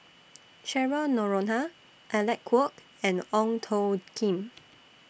Cheryl Noronha Alec Kuok and Ong Tjoe Kim